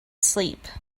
sleep